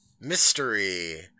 mystery